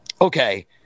okay